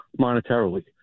monetarily